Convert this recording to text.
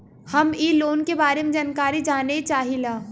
हम इ लोन के बारे मे जानकारी जाने चाहीला?